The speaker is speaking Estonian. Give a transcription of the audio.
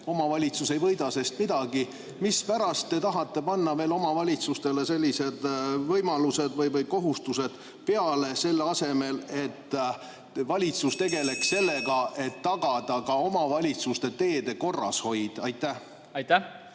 omavalitsus ei võida sellest midagi. Mispärast te tahate panna omavalitsustele sellised kohustused, selle asemel, et valitsus tegeleks sellega, et tagada ka omavalitsuste teede korrashoid? Aitäh! See